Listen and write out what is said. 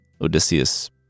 Odysseus